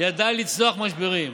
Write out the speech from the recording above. ידע לצלוח משברים.